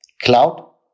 cloud